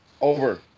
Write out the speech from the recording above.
Over